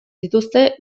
dituzte